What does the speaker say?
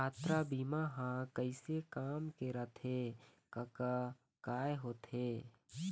यातरा बीमा ह कइसे काम के रथे कका काय होथे?